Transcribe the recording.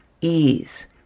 ease